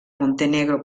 montenegro